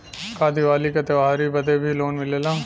का दिवाली का त्योहारी बदे भी लोन मिलेला?